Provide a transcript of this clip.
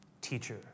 teacher